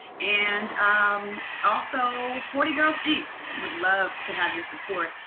and um also sporty girls inc would love to have your support.